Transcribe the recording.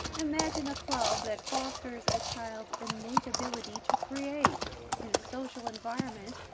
imagine a club that fosters a child's innate ability to create in a social environment,